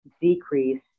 decrease